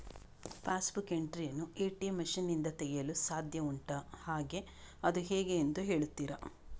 Pass book entry ATM ಎ.ಟಿ.ಎಂ ಮಷೀನ್ ನಿಂದ ತೆಗೆಯಲು ಸಾಧ್ಯ ಉಂಟಾ ಹಾಗೆ ಅದು ಹೇಗೆ ಎಂದು ಹೇಳುತ್ತೀರಾ?